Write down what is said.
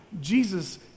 Jesus